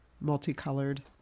multicolored